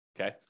Okay